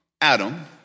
Adam